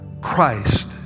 Christ